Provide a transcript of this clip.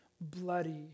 bloody